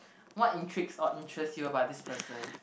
what intrigues or interest you about this person